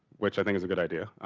which i think is a good idea.